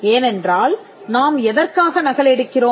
ஏனென்றால் நாம் எதற்காக நகலெடுக்கிறோம்